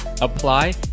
apply